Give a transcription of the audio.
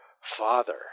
Father